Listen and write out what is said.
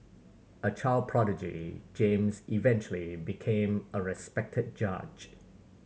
a child prodigy James eventually became a respected judge